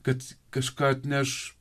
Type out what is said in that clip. kad kažką atneš